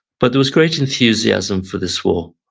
but there was great enthusiasm for this war,